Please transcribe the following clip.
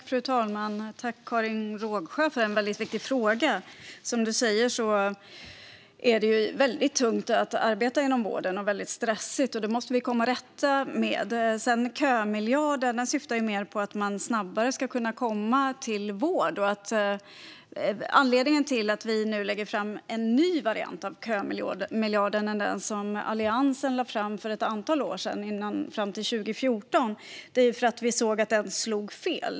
Fru talman! Tack, Karin Rågsjö, för en väldigt viktig fråga! Som du säger är det väldigt tungt och stressigt att arbeta inom vården. Det måste vi komma till rätta med. Kömiljarden syftar mer till att man snabbare ska få vård. Anledningen till att vi nu lägger fram en ny variant av kömiljarden än den som Alliansen hade fram till 2014 är att vi såg att den slog fel.